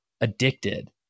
addicted